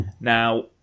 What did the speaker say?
Now